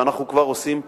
ואנחנו כבר עושים צעדים,